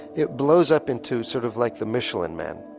it blows up into sort of like the michelin man.